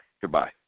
Goodbye